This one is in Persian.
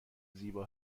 زیبا